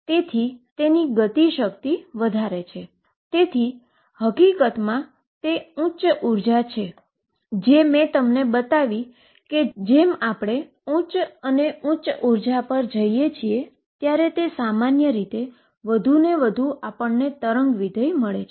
તેથી તમે જોશો કે જેમ આપણે ઉચ્ચ અને ઉચ્ચ એનર્જી પર નાનું બને છે તેથી તે વધુ કાઈનેટીક એનર્જી મેળવે છે